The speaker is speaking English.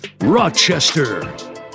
Rochester